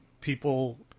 people